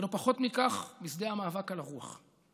ולא פחות מכך, בשדה המאבק על הרוח.